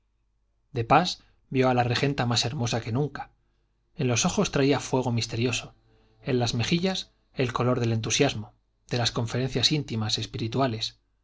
de pas vio a la regenta más hermosa que nunca en los ojos traía fuego misterioso en las mejillas el color del entusiasmo de las conferencias íntimas espirituales